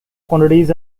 quantities